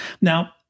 Now